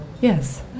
Yes